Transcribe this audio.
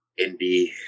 indie